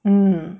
mm